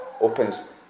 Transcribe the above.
opens